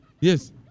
Yes